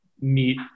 meet